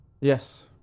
Yes